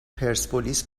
پرسپولیس